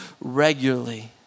regularly